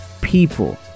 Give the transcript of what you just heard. people